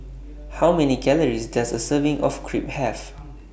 How Many Calories Does A Serving of Crepe Have